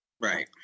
Right